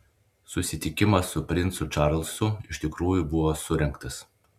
susitikimas su princu čarlzu iš tikrųjų buvo surengtas